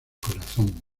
corazón